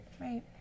right